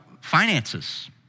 finances